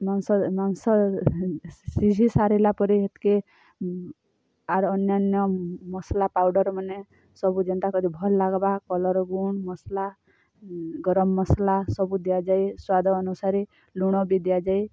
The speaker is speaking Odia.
ମାଂସ ମାଂସ ସିଝି ସାରିଲା ପରେ ଆର ଅନ୍ୟାନ୍ୟ ମସଲା ପାଉଡ଼ର୍ ମାନେ ସବୁ ଯେନ୍ତା କରି ଭଲ ଲାଗ୍ବା କଲର୍ ଗୁଣ୍ଡ୍ ମସଲା ଗରମ୍ ମସଲା ସବୁ ଦିଆଯାଇ ସ୍ଵାଦ ଅନୁସାରେ ଲୁଣ ବି ଦିଆଯାଏ